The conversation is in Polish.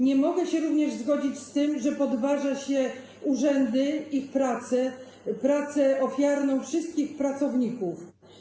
Nie mogę się również zgodzić z tym, że podważa się pracę urzędów, pracę ofiarną wszystkich pracowników.